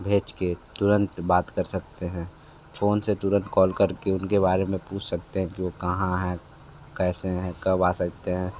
भेज के तुरंत बात कर सकते हैं फोन से तुरंत कॉल कर के उन के बारे में पूछ सकते हैं कि वो कहाँ है कैसे हैं कब आ सकते हैं